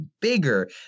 bigger